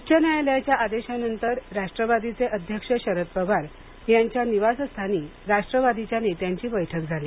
उच्च न्यायालयाच्या आदेशानंतर राष्ट्रवादीचे अध्यक्ष शरद पवार यांच्या निवासस्थानी राष्ट्रवादीच्या नेत्यांची बैठक झाली